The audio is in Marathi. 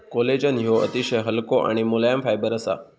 कोलेजन ह्यो अतिशय हलको आणि मुलायम फायबर असा